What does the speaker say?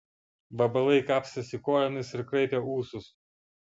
vabalai kapstėsi kojomis ir kraipė ūsus